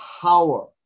power